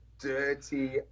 dirty